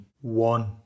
one